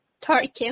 Turkey